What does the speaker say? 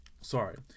sorry